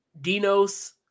Dinos